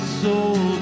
soul